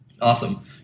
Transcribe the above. Awesome